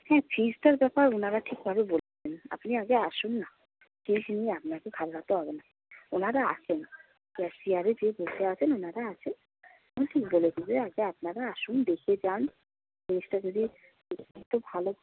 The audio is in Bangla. হ্যাঁ ফিজটার ব্যাপার ওনারা ঠিকভাবে বলে দেবেন আপনি আগে আসুন না ফিজ নিয়ে আপনাকে ঘাবড়াতে হবে না ওনারা আছেন ক্যাশিয়ারে যে বসে আছেন ওনারা আছেন উনি ঠিক বলে দেবে আগে আপনারা আসুন দেখে যান ফিজটা যদি ভালো